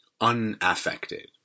unaffected